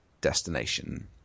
destination